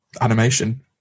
animation